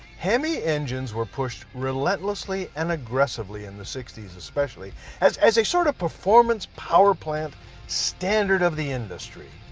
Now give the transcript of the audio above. hemi engines were pushed relentlessly and aggressively in the sixty s, especially as as a sort of performance powerplant standard of the industry